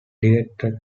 directed